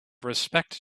respect